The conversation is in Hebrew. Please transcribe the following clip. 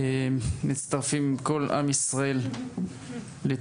מצטרפים כל עם ישראל לתפילה.